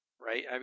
Right